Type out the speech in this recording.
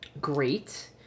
great